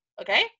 okay